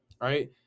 Right